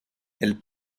elle